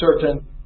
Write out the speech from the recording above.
certain